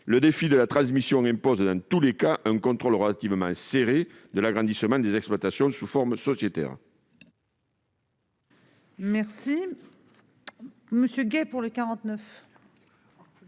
Le défi de la transmission impose dans tous les cas un contrôle relativement serré de l'agrandissement des exploitations sous forme sociétaire.